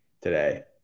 today